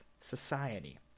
society